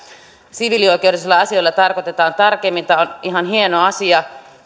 siviilioikeudellisilla asioilla tarkoitetaan tarkemmin tämä on ihan hieno asia